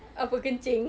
apa kencing